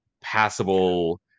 passable